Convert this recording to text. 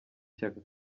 shyaka